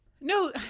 No